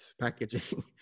packaging